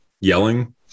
yelling